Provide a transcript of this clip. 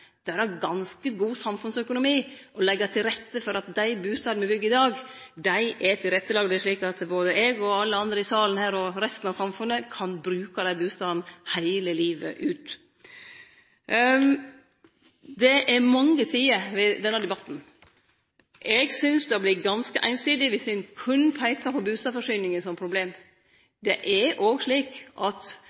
er då ganske god samfunnsøkonomi å leggje til rette for at dei bustadene me byggjer i dag, er tilrettelagde, slik at både eg og alle andre i salen her og resten av befolkninga kan bruke den same bustaden heile livet. Det er mange sider ved denne debatten. Eg synest det vert ganske einsidig viss ein berre peikar på bustadforsyninga som problem. Det er òg slik at